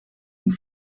und